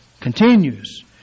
continues